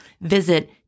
Visit